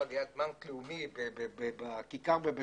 בבית שמש ליד בנק לאומי ומכר גרעינים,